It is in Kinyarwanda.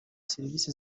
serivise